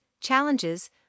challenges